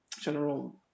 general